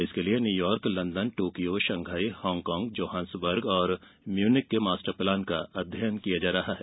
इसके लिये New York London Tokyo Shanghai Hong Kong Johannesburg और म्यूनिख के मास्टर प्लान का अध्ययन किया जा रहा है